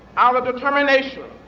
our determination,